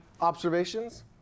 observations